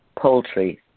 poultry